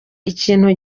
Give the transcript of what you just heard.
ikintu